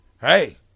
Hey